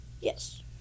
Yes